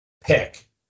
pick